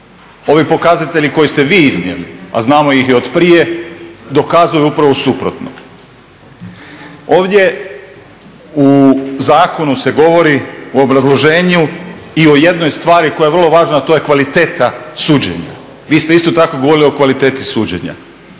Ovi pokazatelji koje ste vi iznijeli, a znamo ih i od prije dokazuju upravo suprotno. Ovdje u zakonu se govori, u obrazloženju i o jednoj stvari koja je vrlo važna a to je kvaliteta suđenja. Vi ste isto tako govorili o kvaliteti suđenja.